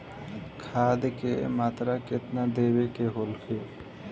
खाध के मात्रा केतना देवे के होखे?